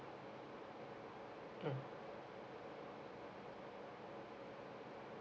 mm